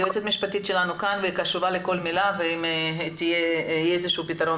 היועצת המשפטית שלנו כאן והיא קשובה לכל מילה ואם יהיה איזשהו פתרון,